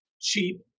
cheap